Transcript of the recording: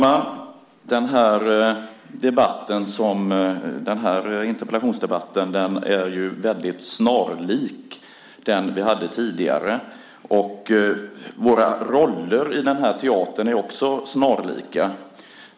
Herr talman! Den här interpellationsdebatten är väldigt snarlik den vi hade tidigare. Våra roller i den här teatern är också snarlika.